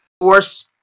force